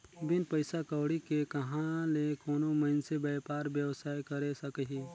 बिन पइसा कउड़ी के कहां ले कोनो मइनसे बयपार बेवसाय करे सकही